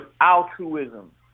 altruism